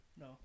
No